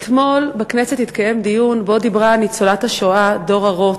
אתמול התקיים בכנסת דיון שבו דיברה ניצולת השואה דורה רוט.